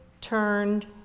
turned